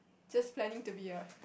just planning to be a